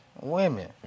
women